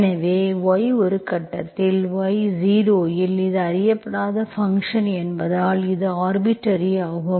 எனவே y ஒரு கட்டத்தில் y 0 இல் இது அறியப்படாத ஃபங்க்ஷன் என்பதால் இது ஆர்பிட்டர்ரி ஆகும்